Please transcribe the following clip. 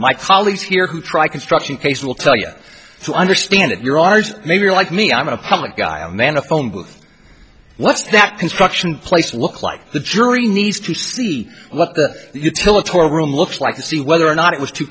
my colleagues here who try construction cases will tell you to understand it you're ours maybe you're like me i'm a public guy a man a phone booth what's that construction place look like the jury needs to see what the utility room looks like to see whether or not it was too